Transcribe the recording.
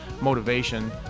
motivation